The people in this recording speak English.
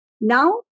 now